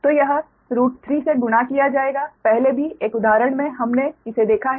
तो यह 3 से गुणा किया जाएगा पहले भी एक उदाहरण में हमने इसे देखा है